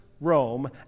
Rome